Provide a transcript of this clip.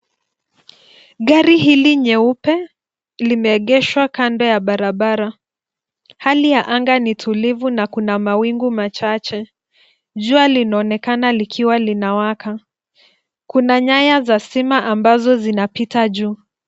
Gari hili nyeupe limeegeshwa kando ya barabara. Hali ya anga ni tulivu na kuna mawingu machache. Jua linaonekana likiwa limewaka. Kuna nyaya za stima ambazo zinapita juu.